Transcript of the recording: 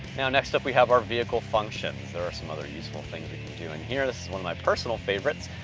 now, next up, we have our vehicle functions. there are some other useful things we can do in here, this is one of my personal favorites.